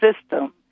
system